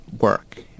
work